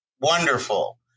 wonderful